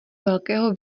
velkého